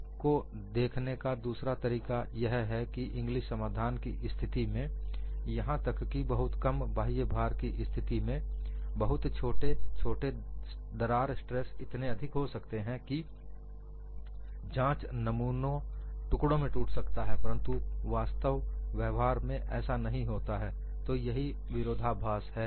इसको देखने का दूसरा तरीका यह है कि इंग्लिस समाधान की स्थिति में यहां तक की बहुत कम बाह्य भार की स्थिति में बहुत छोटे छोटे दरार स्ट्रेस इतने अधिक हो सकते हैं कि जांच नमूना टुकड़ों में टूट सकता है परंतु व्यवहार में वास्तव में ऐसा नहीं होता है तो यही विरोधाभास है